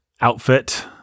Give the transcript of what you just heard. outfit